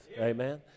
Amen